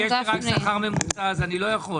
אם יש לי רק שכר ממוצע אז אני לא יכול.